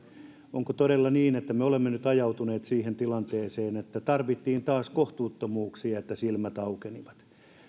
onko todella niin että me olemme nyt ajautuneet siihen tilanteeseen että tarvittiin taas kohtuuttomuuksia että silmät aukenivat